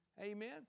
Amen